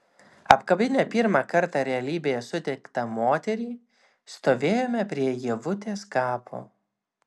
apkabinę pirmą kartą realybėje sutiktą moterį stovėjome prie ievutės kapo